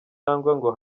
ngo